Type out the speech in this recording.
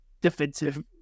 defensive